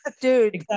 dude